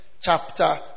chapter